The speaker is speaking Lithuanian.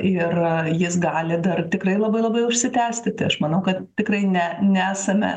ir jis gali dar tikrai labai labai užsitęsti tai aš manau kad tikrai ne nesame